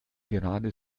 gerade